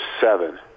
seven